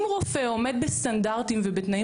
אם רופא עומד בסטנדרטים ובתנאים